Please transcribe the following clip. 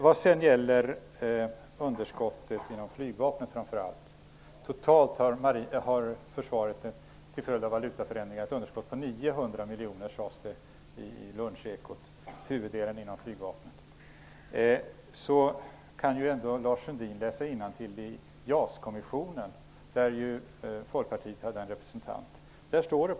Så till frågan om underskottet i framför allt flygvapnet. Till följd av valutaförändringar har försvaret totalt ett underskott på 900 miljoner, sades det i Lunchekot. Huvuddelen av underskottet återfinns inom flygvapnet. Lars Sundin kan väl ändå läsa innantill i JAS kommissionens rapport. Folkpartiet hade en representant i kommissionen.